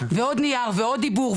ועוד נייר, ועוד דיבור.